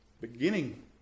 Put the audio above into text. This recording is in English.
beginning